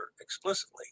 explicitly